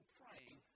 praying